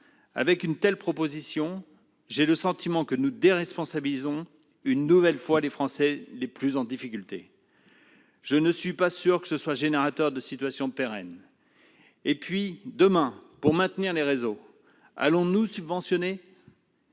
Avec une telle proposition de loi, j'ai le sentiment que nous déresponsabilisons une nouvelle fois les Français les plus en difficulté. Je ne suis pas sûr que ce soit générateur de situations pérennes. Demain, pour maintenir les réseaux, allons-nous les subventionner ?